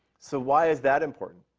so, why is that important?